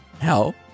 Hell